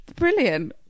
brilliant